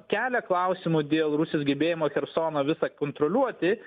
kelia klausimų dėl rusijos gebėjimo chersono visą kontroliuoti